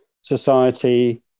society